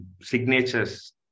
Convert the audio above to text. signatures